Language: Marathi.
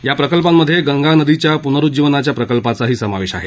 या प्रकल्पांमध्ये गंगा नदीच्या पुनरुज्जीवनाच्या प्रकल्पाचाही समावेश आहे